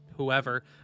whoever